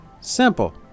Simple